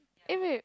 eh wait